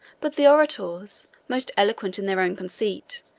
but the orators, most eloquent in their own conceit,